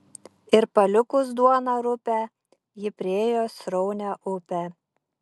ir palikus duoną rupią ji priėjo sraunią upę